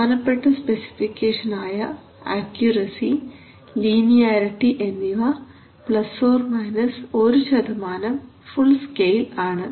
പ്രധാനപ്പെട്ട സ്പെസിഫിക്കേഷൻ ആയ accuracy linearity എന്നിവ ± 1 ഫുൾ സ്കെയിൽ ആണ്